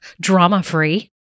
drama-free